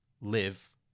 live